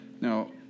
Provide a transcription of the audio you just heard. Now